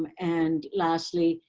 and lastly,